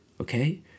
Okay